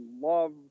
love